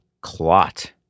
clot